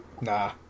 Nah